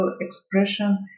expression